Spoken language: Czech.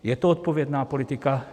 Je to odpovědná politika?